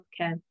healthcare